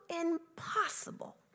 impossible